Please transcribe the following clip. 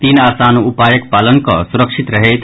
तीन आसान उपायक पालन कऽ सुरक्षित रहैथ